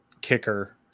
kicker